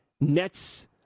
Nets